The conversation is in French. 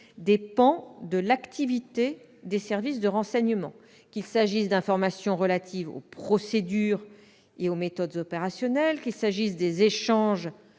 pans de l'activité des services de renseignement, qu'il s'agisse d'informations relatives aux procédures et aux méthodes opérationnelles, des échanges